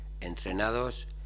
entrenados